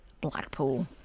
Blackpool